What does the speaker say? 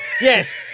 Yes